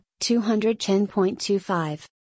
210.25